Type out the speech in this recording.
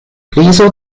krizo